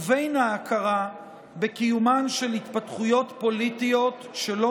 ובין ההכרה בקיומן של התפתחויות פוליטיות שלא